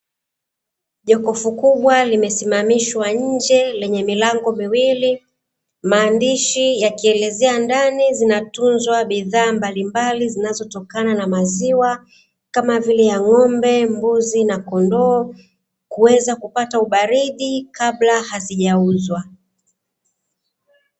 Jokofu kubwa limesimamishwa nje lenye milango miwili, maandishi yakielezea ndani zinatunzwa bidhaa mbalimbali zinazotokana na maziwa kama vile ya ng'ombe, mbuzi na kondoo kuweza kupata ubaridi kabla haijauzwa.